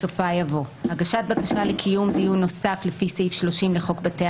בסופה יבוא: הגשת בקשה לקיום דיון נוסף לפי סעיף 30 לחוק בתי